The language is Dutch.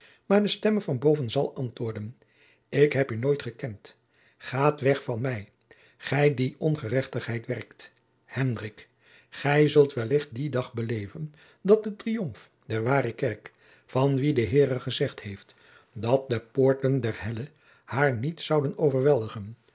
maar de stemme van boven zal antwoorden ik heb u nooit gekend gaat weg van mij gij die ongerechtigheid werkt gij zult wellicht dien dag beleven dat de triomf der ware kerk van wie de heere gezegd heeft dat de poorten der helle haar niet zouden overweldigen